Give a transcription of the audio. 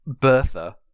Bertha